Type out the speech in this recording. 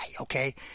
okay